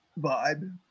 vibe